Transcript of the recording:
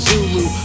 Zulu